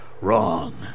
wrong